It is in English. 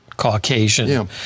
Caucasian